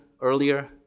earlier